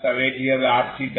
তবে এটি হবে rθ